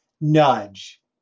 nudge